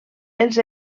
els